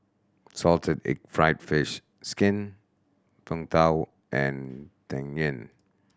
salted egg fried fish skin Png Tao and Tang Yuen